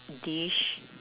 dish